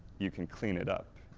you can clean it up.